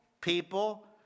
people